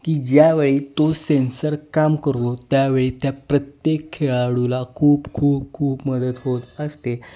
की ज्यावेळी तो सेन्सर काम करतो त्यावेळी त्या प्रत्येक खेळाडूला खूप खूप खूप मदत होत असते